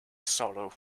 sorrow